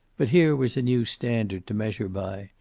but here was a new standard to measure by,